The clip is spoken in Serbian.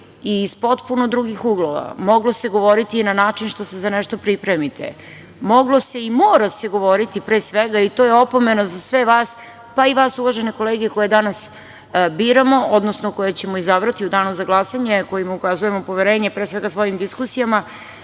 i iz potpuno drugih uglova, moglo se govoriti na način što se za nešto pripremite, moglo se i mora se govoriti pre svega, i to je opomena za sve vas, pa i vas uvažene kolege koje danas biramo, odnosno koje ćemo izabrati u danu za glasanje, kojima ukazujemo poverenje pre svega svojim diskusijama,